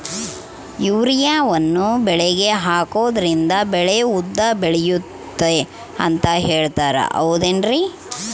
ಯೂರಿಯಾವನ್ನು ಬೆಳೆಗೆ ಹಾಕೋದ್ರಿಂದ ಬೆಳೆ ಉದ್ದ ಬೆಳೆಯುತ್ತೆ ಅಂತ ಹೇಳ್ತಾರ ಹೌದೇನ್ರಿ?